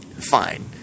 Fine